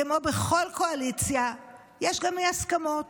כמו בכל קואליציה יש גם אי-הסכמות,